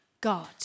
God